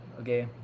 okay